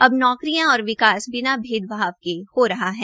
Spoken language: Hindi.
अब नौकरियां और विकास बिना भेदभाव हो रहा है